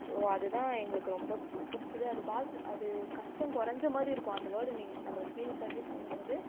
so அது தான் எங்களுக்கு ரொம்ப பிடிச்சது அது அது கஷ்டம் குறஞ்ச மாதிரி இருக்கும் அந்த வேர்டு நீங்கள் நம்ம ஃபீல் பண்ணி சொல்லும் போது